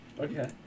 Okay